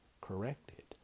corrected